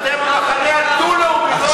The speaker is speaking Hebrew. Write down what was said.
אתם המחנה הדו-לאומי, לא הלאומי.